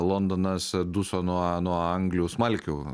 londonas duso nuo nuo anglių smalkių